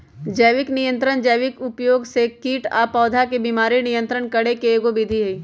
जैविक नियंत्रण जैविक उपयोग से कीट आ पौधा के बीमारी नियंत्रित करे के एगो विधि हई